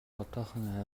одоохон